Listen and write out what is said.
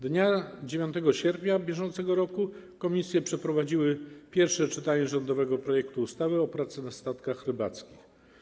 Dnia 9 sierpnia br. komisje przeprowadziły pierwsze czytanie rządowego projektu ustawy o pracy na statkach rybackich.